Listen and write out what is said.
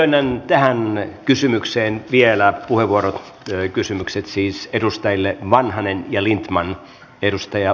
myönnän tähän kysymykseen vielä puheenvuorot edustajille vanhanen ja lindtman